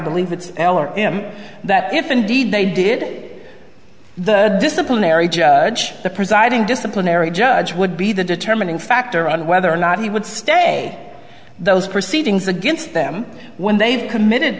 believe it's him that if indeed they did the disciplinary judge the presiding disciplinary judge would be the determining factor on whether or not he would stay those proceedings against them when they've committed